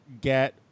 get